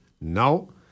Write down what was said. No